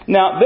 Now